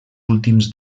últims